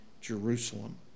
Jerusalem